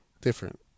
different